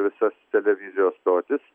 visas televizijos stotis